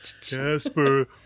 Casper